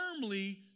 firmly